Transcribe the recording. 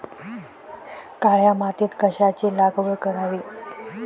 काळ्या मातीत कशाची लागवड करावी?